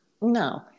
No